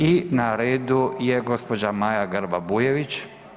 I na redu je gđa. Maja Grba Bujević.